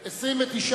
נתקבלה.